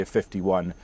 51